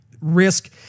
risk